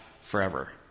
forever